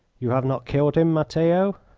you have not killed him, matteo?